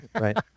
Right